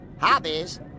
hobbies